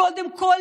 קודם כול,